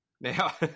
Now